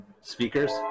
speakers